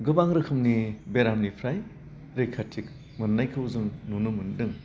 गोबां रोखोमनि बेरामनिफ्राय रैखाथि मोन्नायखौ जों नुनो मोनदों